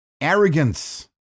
Arrogance